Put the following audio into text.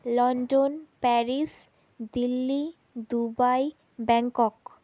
London Paris Delhi Dubai Bangkok